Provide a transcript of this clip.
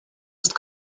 ist